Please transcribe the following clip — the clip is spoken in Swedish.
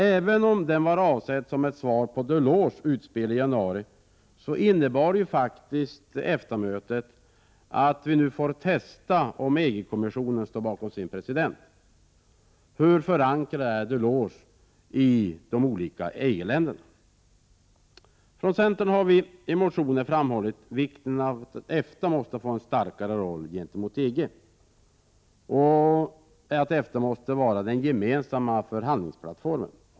Även om den var avsedd som ett svar på Delors utspel i januari innebar ju EFTA-mötet att vi nu får testa om EG-kommissionen står bakom sin president. Hur förankrad är Delors uppfattning i de olika EG-länderna? Från centern har vi i motioner framhållit vikten av att EFTA får en starkare position gentemot EG. EFTA måste vara den gemensamma förhandlingsplattformen.